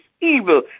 evil